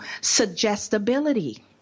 suggestibility